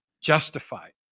justified